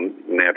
natural